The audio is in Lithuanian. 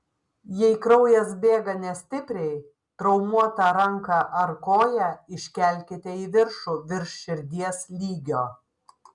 jei kraujas bėga nestipriai traumuotą ranką ar koją iškelkite į viršų virš širdies lygio